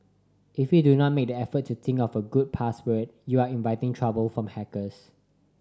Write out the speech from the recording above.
if you do not make the effort to think of a good password you are inviting trouble from hackers